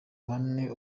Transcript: bane